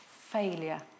failure